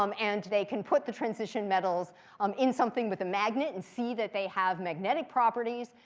um and they can put the transition metals um in something with a magnet and see that they have magnetic properties.